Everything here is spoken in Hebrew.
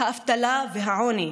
האבטלה והעוני,